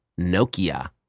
Nokia